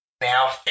now